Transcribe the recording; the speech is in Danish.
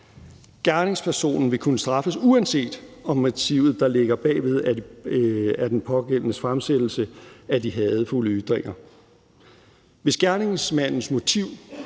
Gerningspersonen vil kunne straffes, uanset om motivet, der ligger bagved, er den pågældendes fremsættelse af de hadefulde ytringer. Hvis gerningspersonens motiv,